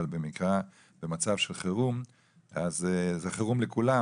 אבל במקרה של חירום זה חירום לכולם,